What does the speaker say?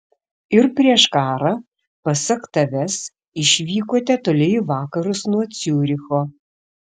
ir prieš karą pasak tavęs išvykote toli į vakarus nuo ciuricho